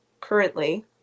currently